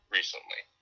recently